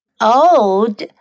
old